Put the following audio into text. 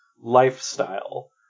lifestyle